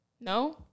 No